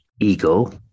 ego